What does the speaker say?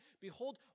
Behold